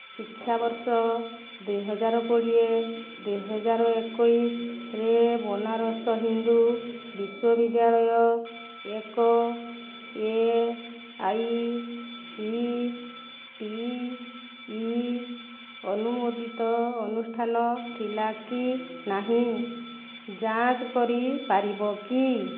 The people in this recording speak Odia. ଶିକ୍ଷାବର୍ଷ ଦୁଇ ହଜାର କୋଡ଼ିଏ ଦୁଇ ହଜାର ଏକୋଇଶରେ ବନାରସ ହିନ୍ଦୁ ବିଶ୍ୱବିଦ୍ୟାଳୟ ଏକ A I C T E ଅନୁମୋଦିତ ଅନୁଷ୍ଠାନ ଥିଲା କି ନାହିଁ ଯାଞ୍ଚ କରିପାରିବ କି